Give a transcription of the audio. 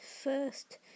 first